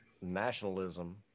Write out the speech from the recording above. nationalism